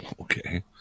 Okay